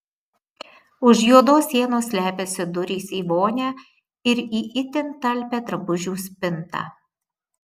už juodos sienos slepiasi durys į vonią ir į itin talpią drabužių spintą